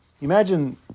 Imagine